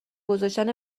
گذاشتن